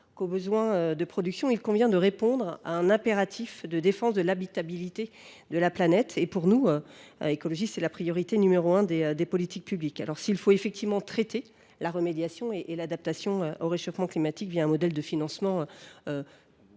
au besoin de production, il convient d’opposer un impératif de défense de l’habitabilité de la planète. Pour nous, écologistes, c’est la priorité numéro un des politiques publiques. S’il faut traiter la remédiation et l’adaptation au réchauffement climatique un modèle de financement